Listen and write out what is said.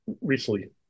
recently